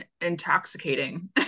intoxicating